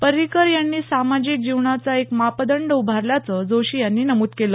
पर्रिकर यांनी सामाजिक जीवनाचा एक मापदंड उभारल्याचं जोशी यांनी नमूद केलं